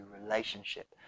relationship